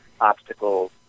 obstacles